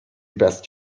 best